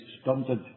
stunted